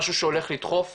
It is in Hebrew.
משהו שהולך לדחוף והצעירים,